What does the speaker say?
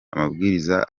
amabwiriza